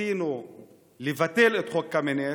רצינו לבטל את חוק קמיניץ,